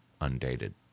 undated